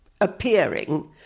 appearing